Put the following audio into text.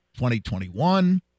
2021